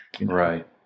Right